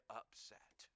upset